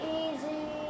easy